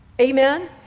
Amen